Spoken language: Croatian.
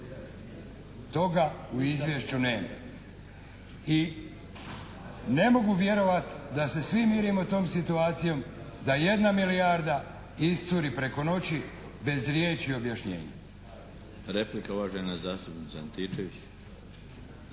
Toga u izvješću nema. I ne mogu vjerovat da se svi mirimo tom situacijom da jedna milijarda iscuri preko noći bez riječi objašnjenja. **Milinović,